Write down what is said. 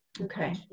okay